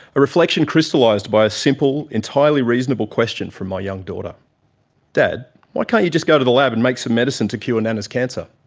a reflection crystallised by a simple, entirely reasonable question from my young daughter dad, why can't you just go to the lab and make some medicine to cure nanna's cancer?